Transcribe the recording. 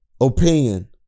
opinion